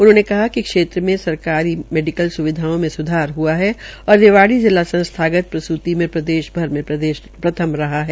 उन्होनें कहा कि क्षेत्र में सरकारी मेडिकल स्विधाओं में सृधार हआ है और रिवाड़ी जिला संस्थागत प्रसूति में प्रदेश भर में प्रथम रहा है